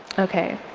ok.